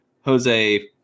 Jose